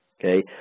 okay